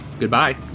goodbye